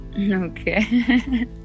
okay